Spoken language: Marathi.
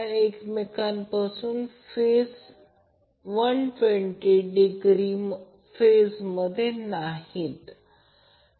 आणि हे करंट Ia Ib Ic आणि हे कॅपिटल N आहे आणि हे Zy Zy Zy आहे ∆ सोर्स आहे आणि लोड आहे